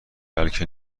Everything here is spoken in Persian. بلکه